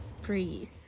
Breathe